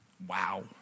Wow